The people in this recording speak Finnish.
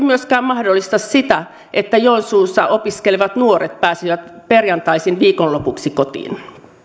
myöskään mahdollista sitä että joensuussa opiskelevat nuoret pääsisivät perjantaisin viikonlopuksi kotiin